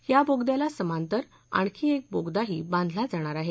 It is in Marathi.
या बोगद्याला समांतरच आणखी एक बोगदाही बांधला जाणार आहे